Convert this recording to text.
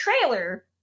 trailer